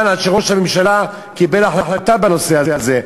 עד שראש הממשלה קיבל החלטה בנושא הזה,